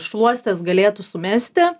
šluostes galėtų sumesti